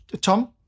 Tom